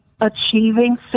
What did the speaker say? achieving